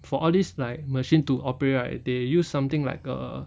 for all these like machine to operate right they use something like a